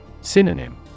Synonym